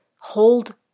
hold